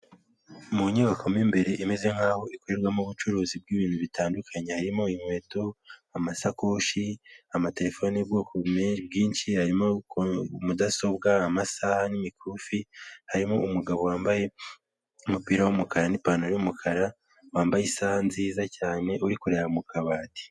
Mu nyubako mwimbere imeze nkaho ikorerwamo ubucuruzi bw'ibintu bitandukanye harimo inkweto, amasakoshi ,amatelefone ubwoko bwinshi harimo mudasobwa amasaha n'imikufi harimo umugabo wambaye umupira w'umukara n'ipantaro y'umukara wambaye isaha nziza cyane urikureba mu kabati .